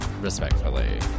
respectfully